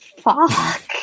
fuck